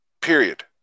Period